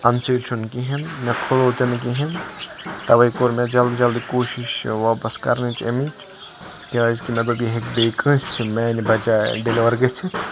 اَنسیٖل چھُ نہٕ کِہِیٖنۍ مےٚ کھُلوو تہِ نہٕ کِہِیٖنۍ تَوَے کوٚر مےٚ جَلدی جَلدی کوٗشِش واپَس کَرنٕچ امِچ کیازکہِ مےٚ دوٚپ یہِ ہیٚکہِ بییٚہِ کٲنٔسہِ میانہِ بَجایہِ ڈیٚلوَر گٔژھِتھ